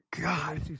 God